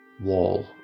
wall